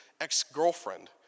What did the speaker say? ex-girlfriend